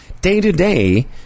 day-to-day